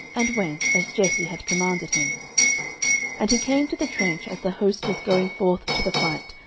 and went, as jesse had commanded him and he came to the trench, as the host was going forth to the fight,